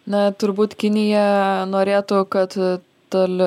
na turbūt kinija norėtų kad tol